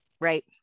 Right